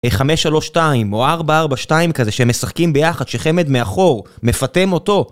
532 או 442 כזה, שמשחקים ביחד, שחמד מאחור, מפטם אותו